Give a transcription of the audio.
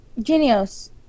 Genius